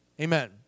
Amen